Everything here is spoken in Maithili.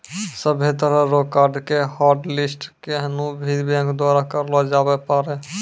सभ्भे तरह रो कार्ड के हाटलिस्ट केखनू भी बैंक द्वारा करलो जाबै पारै